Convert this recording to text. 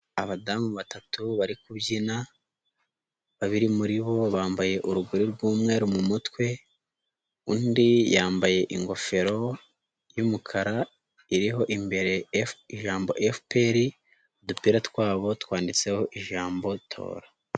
Abadamu batatu bari kubyina, babiri muri bo bambaye urugori rw'umweru mu mutwe, undi yambaye ingofero y'umukara iriho imbere ijambo FPR udupira twabo twanditseho ijambo tora.